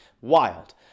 Wild